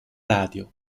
radio